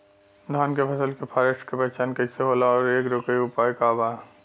धान के फसल के फारेस्ट के पहचान कइसे होला और एके रोके के उपाय का बा?